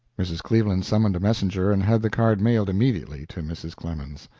mrs. cleveland summoned a messenger and had the card mailed immediately to mrs. clemens.